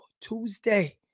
Tuesday